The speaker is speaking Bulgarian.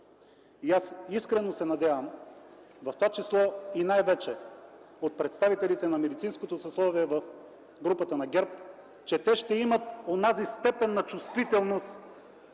Аз искрено се надявам в това число, и най-вече от представителите на медицинското съсловие в групата на ГЕРБ, че те ще имат онази степен на чувствителност